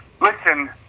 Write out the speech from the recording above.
Listen